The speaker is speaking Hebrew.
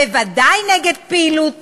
בוודאי נגד פעילות טרור.